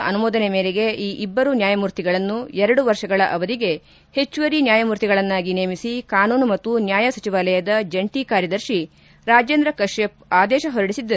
ರಾಷ್ಟಪತಿಗಳ ಅನುಮೋಧನೆ ಮೇರೆಗೆ ಈ ಇಬ್ಬರು ನ್ಯಾಯಮೂರ್ತಿಗಳನ್ನು ಎರಡು ವರ್ಷಗಳ ಅವಧಿಗೆ ಹೆಚ್ಚುವರಿ ನ್ಯಾಯಮೂರ್ತಿಗಳನ್ನಾಗಿ ನೇಮಿಸಿ ಕಾನೂನು ಮತ್ತು ನ್ಯಾಯ ಸಚಿವಾಲಯದ ಜಂಟಿ ಕಾರ್ಯದರ್ಶಿ ರಾಜೇಂದ್ರ ಕಶ್ಯಪ್ ಆದೇಶ ಹೊರಿಡಿಸಿದ್ದಾರೆ